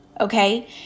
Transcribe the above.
okay